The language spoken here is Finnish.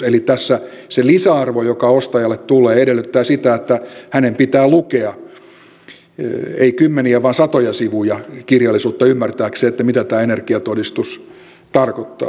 eli tässä se lisäarvo joka ostajalle tulee edellyttää sitä että hänen pitää lukea ei kymmeniä vaan satoja sivuja kirjallisuutta ymmärtääkseen mitä tämä energiatodistus tarkoittaa